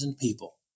people